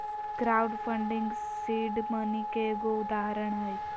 crowd funding seed money के एगो उदाहरण हय